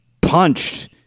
punched